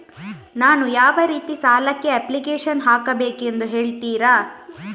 ನಾನು ಯಾವ ರೀತಿ ಸಾಲಕ್ಕೆ ಅಪ್ಲಿಕೇಶನ್ ಹಾಕಬೇಕೆಂದು ಹೇಳ್ತಿರಾ?